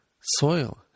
soil